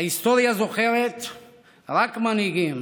ההיסטוריה זוכרת רק מנהיגים